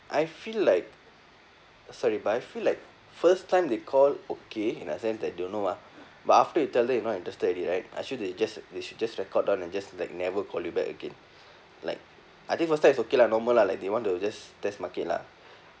I feel like sorry but I feel like first time they call okay in a sense that don't know mah but after you tell them you not interested already right actually they just they should just record down and just like never call you back again like I think first time is okay lah normal lah like they want to just test market lah